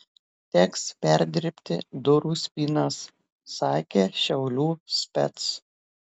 teks perdirbti durų spynas sakė šiaulių spec